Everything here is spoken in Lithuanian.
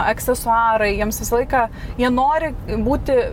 aksesuarai jiems visą laiką jie nori būti